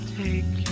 take